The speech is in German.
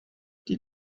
die